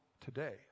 today